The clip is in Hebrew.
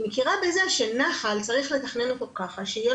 היא מכירה בזה שנחל צריך לתכנן אותו ככה שיהיה